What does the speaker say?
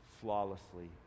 flawlessly